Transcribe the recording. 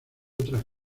otras